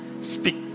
speak